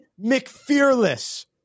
McFearless